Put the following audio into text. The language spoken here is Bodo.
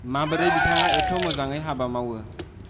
माबोरै बिथाङा एथ' मोजाङै हाबा मावो